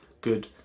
good